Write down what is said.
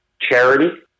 charity